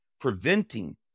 preventing